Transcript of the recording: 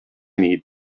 need